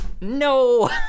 no